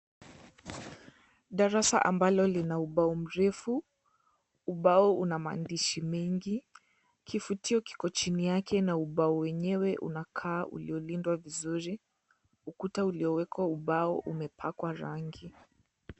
Darasa ambao lina ubao mrefu, ubao una maandishi mengi, kifutio kiko chini yake na ubao wenyewe unakaa uliolindwa vizuri, ukuta uliowekwa ubao umepakwa rangi.